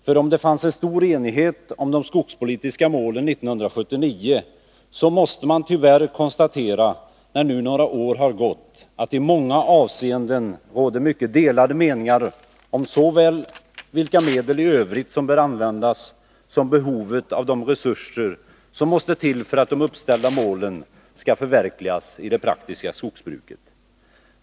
För även om det rådde stor enighet om de skogspolitiska målen 1979, så måste man nu när några år har gått tyvärr konstatera att det i många avseenden råder mycket delade meningar såväl om vilka medel i övrigt som bör användas som om behovet av de resurser som måste till för att de uppställda målen skall kunna förverkligas i det praktiska skogsbruket.